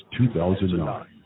2009